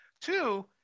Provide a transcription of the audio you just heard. two